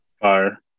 Fire